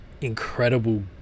incredible